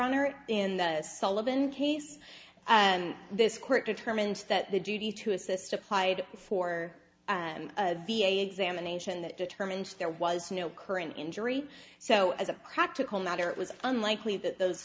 honor in the sullivan case and this court determined that the duty to assist applied for v a examination that determined there was no current injury so as a practical matter it was unlikely that those